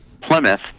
Plymouth